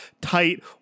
tight